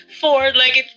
four-legged